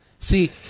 See